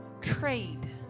trade